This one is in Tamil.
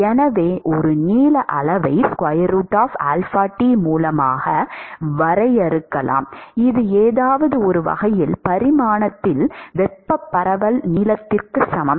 எனவே ஒரு நீள அளவை மூலமாக வரையறுக்கலாம் இது ஏதோ ஒரு வகையில் பரிமாணத்தில் வெப்பப் பரவல் நீளத்திற்குச் சமம்